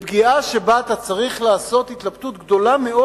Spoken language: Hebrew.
זו פגיעה שבה אתה צריך להתלבט התלבטות גדולה מאוד,